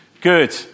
Good